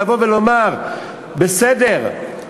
לבוא ולומר: בסדר,